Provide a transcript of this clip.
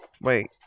Wait